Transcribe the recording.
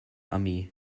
amie